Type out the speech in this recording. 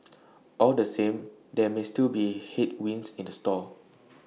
all the same there may still be headwinds in the store